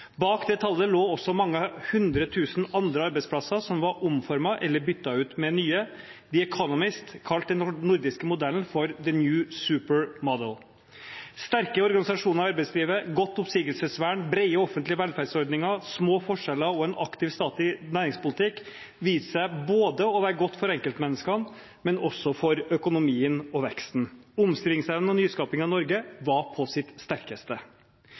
Bak det tallet lå også mange hundre tusen andre arbeidsplasser, som var omformet eller byttet ut med nye. The Economist kalte den nordiske modellen for «The New Supermodel». Sterke organisasjoner i arbeidslivet, godt oppsigelsesvern, brede offentlige velferdsordninger, små forskjeller og en aktiv statlig næringspolitikk viste seg å være godt både for enkeltmennesker og for økonomien og veksten. Omstillingsevnen og nyskapingen i Norge var på sitt sterkeste.